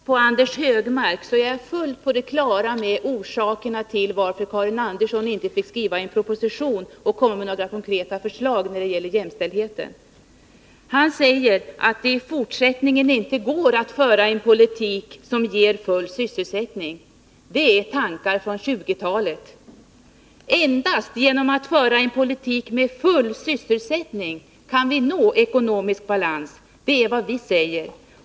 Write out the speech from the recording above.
Herr talman! Efter att ha lyssnat på Anders Högmark är jag fullt på det klara med orakerna till att Karin Andersson inte fick skriva en proposition och komma med några konkreta förslag när det gäller jämställdheten. Han säger att det i fortsättningen inte går att föra en politik som ger full sysselsättning. Det är tankar från 1920-talet. Endast genom att föra en politik med full sysselsättning som mål kan vi nå ekonomisk balans. Det är vad vi säger.